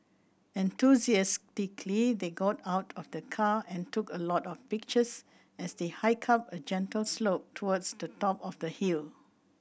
enthusiastically they got out of the car and took a lot of pictures as they hiked up a gentle slope towards the top of the hill